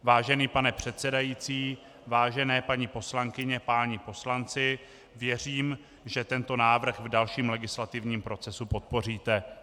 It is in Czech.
Vážený pane předsedající, vážené paní poslankyně, páni poslanci, věřím, že tento návrh v dalším legislativním procesu podpoříte.